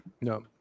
no